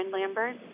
Lambert